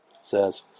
says